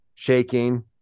Shaking